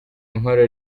inkorora